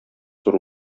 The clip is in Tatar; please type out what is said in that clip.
зур